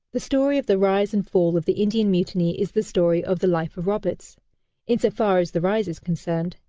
the story of the rise and fall of the indian mutiny is the story of the life of roberts in so far as the rise is concerned.